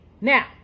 Now